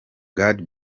god